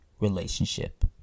relationship